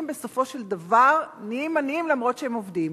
בסופו של דבר נהיים עניים למרות שהם עובדים.